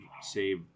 save